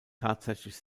tatsächlich